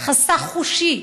חסך חושי,